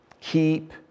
Keep